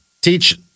teach